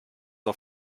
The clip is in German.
auf